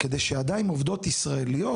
כדי שידיים עובדות ישראליות,